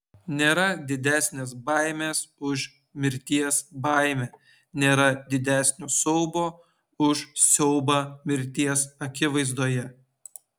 nėra didesnės baimės už mirties baimę nėra didesnio siaubo už siaubą mirties akivaizdoje